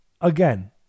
again